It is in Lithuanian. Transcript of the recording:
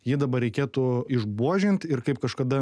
jį dabar reikėtų išbuožint ir kaip kažkada